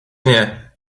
nie